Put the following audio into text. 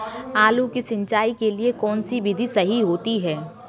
आलू की सिंचाई के लिए कौन सी विधि सही होती है?